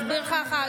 אני אסביר לך אחר כך.